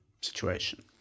situation